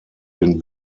den